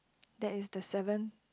that is the seventh